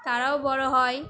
তারাও বড় হয়